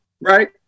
right